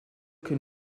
que